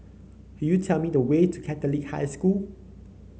could you tell me the way to Catholic High School